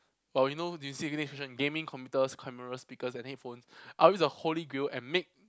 oh you know did you see the next question gaming computers cameras speakers and headphones I will use a holy grail and make